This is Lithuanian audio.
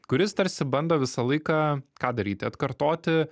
kuris tarsi bando visą laiką ką daryti atkartoti